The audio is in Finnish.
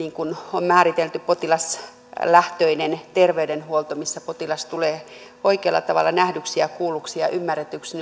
on määritelty potilaslähtöinen terveydenhuolto missä potilas tulee oikealla tavalla nähdyksi ja kuulluksi ja ymmärretyksi